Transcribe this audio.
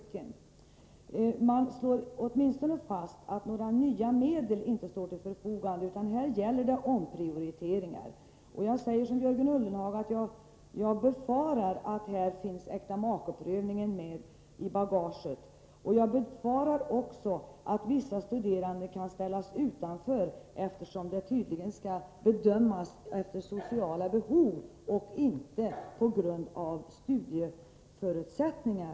Utskottet slog åtminstone fast att några nya medel inte står till förfogande, utan här gäller det omprioriteringar. Jag säger som Jörgen Ullenhag, att jag befarar att äktamakeprövningen finns med i bagaget. Jag befarar också att vissa studerande kan ställas utan studiemedel, eftersom dessa tydligen skall bedömas efter sociala behov och inte på grundval av studieförutsättningar.